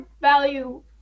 value